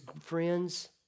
friend's